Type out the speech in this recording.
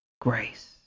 grace